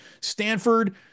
Stanford